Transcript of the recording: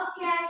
Okay